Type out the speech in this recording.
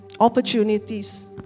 Opportunities